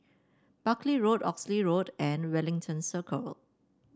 Buckley Road Oxley Road and Wellington Circle